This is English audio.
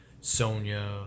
Sonya